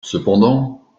cependant